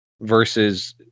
versus